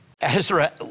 Ezra